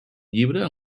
llibre